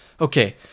okay